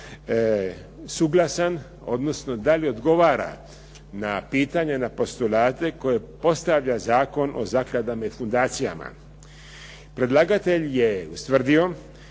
suglasan, odnosno da li odgovara na pitanje na postulate koje postavlja Zakon o zakladama i fundacijama. Predlagatelj je ustvrdio